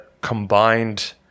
combined